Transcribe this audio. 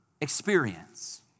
experience